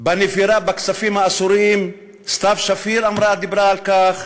בנבירה בכספים האסורים סתיו שפיר דיברה על כך,